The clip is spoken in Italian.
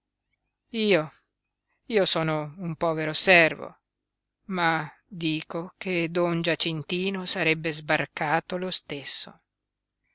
io io sono un povero servo ma dico che don giacintino sarebbe sbarcato lo stesso